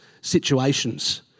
situations